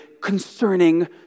concerning